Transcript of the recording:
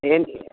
N